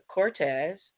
Cortez